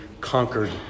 conquered